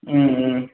ம் ம்